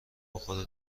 بخوره